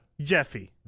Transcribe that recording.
Jeffy